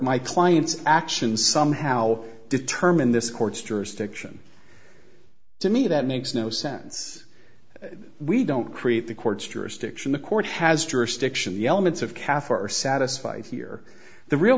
my client's actions somehow determine this court's jurisdiction to me that makes no sense we don't create the court's jurisdiction the court has jurisdiction the elements of kaffir are satisfied here the real